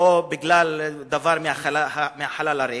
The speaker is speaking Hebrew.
או מהחלל הריק,